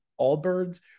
Allbirds